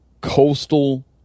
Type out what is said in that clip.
coastal